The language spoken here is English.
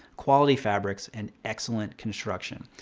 quality fabrics, and excellent construction.